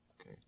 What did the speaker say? Okay